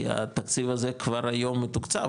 כי התקציב הזה כבר היום מתוקצב,